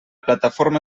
plataforma